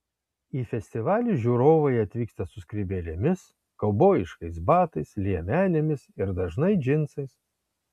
į festivalį žiūrovai atvyksta su skrybėlėmis kaubojiškais batais liemenėmis ir dažnai džinsais